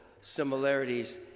similarities